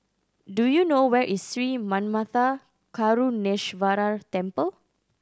do you know where is Sri Manmatha Karuneshvarar Temple